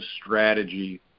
strategy